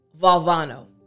Valvano